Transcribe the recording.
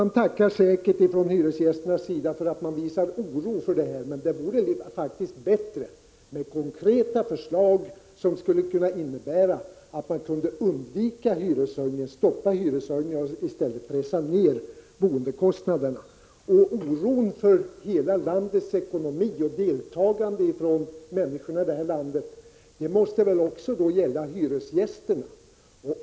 Man tackar säkert från hyresgästernas sida för att ni visar oro för utvecklingen, men det vore faktiskt bättre med konkreta förslag, som skulle kunna innebära ett stopp för hyreshöjningar och att boendekostnaderna i stället pressades ned. Oron för landets ekonomi och ett deltagande i denna oro från människorna i landet måste väl också gälla hyresgästerna.